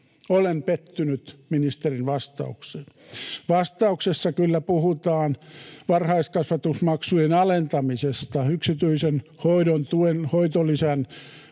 Olen pettynyt ministerin vastaukseen. Vastauksessa kyllä puhutaan varhaiskasvatusmaksujen alentamisesta, yksityisen hoidon tuen hoitolisän